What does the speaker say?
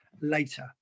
later